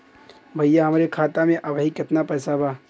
भईया हमरे खाता में अबहीं केतना पैसा बा?